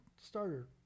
starter